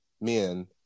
men